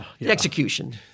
execution